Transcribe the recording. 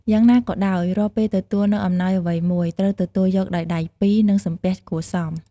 យ៉ាងណាក៏ដោយ រាល់ពេលទទួលនូវអំណោយអ្វីមួយ ត្រូវទទួលយកដោយដៃពីរ និងសំពះគួរសម។